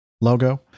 logo